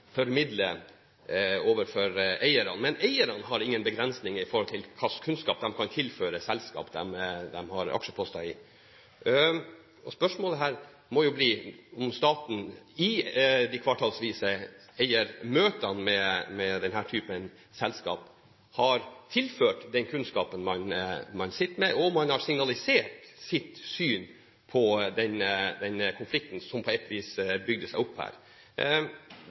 formidle overfor eierne, men eierne har ingen begrensninger med hensyn til hvilken kunnskap de kan tilføre selskaper de har aksjeposter i. Spørsmålet her må bli om staten i de kvartalsvise eiermøtene med denne typen selskaper har tilført dem den kunnskapen man sitter med, og om man har signalisert sitt syn på den konflikten som på et vis har bygd seg opp her.